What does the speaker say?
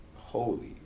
holy